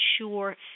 ensure